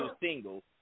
single